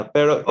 Pero